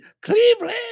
Cleveland